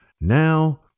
Now